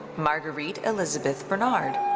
marguerite elizabeth bernard.